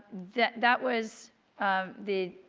that that was um the,